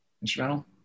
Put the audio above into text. instrumental